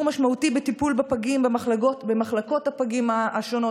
משמעותי בטיפול בפגים במחלקות הפגים השונות.